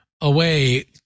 away